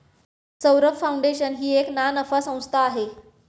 Saurabh foundation ही एक ना नफा संस्था आहे